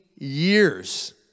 years